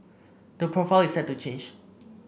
the profile is set to change